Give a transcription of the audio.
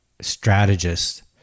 strategist